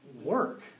Work